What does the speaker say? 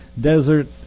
Desert